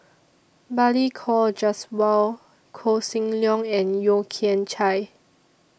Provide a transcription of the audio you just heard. Balli Kaur Jaswal Koh Seng Leong and Yeo Kian Chye